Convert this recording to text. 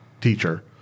Teacher